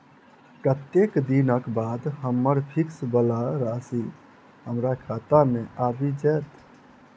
कत्तेक दिनक बाद हम्मर फिक्स वला राशि हमरा खाता मे आबि जैत?